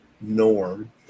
norm